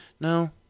No